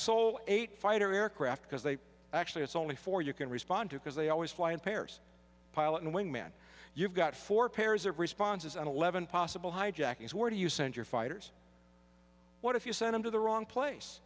soul eight fighter aircraft because they actually it's only four you can respond to because they always fly in pairs pilot and wing man you've got four pairs of responses and eleven possible hijackings where do you send your fighters what if you sent him to the wrong place